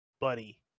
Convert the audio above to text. Buddy